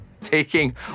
Taking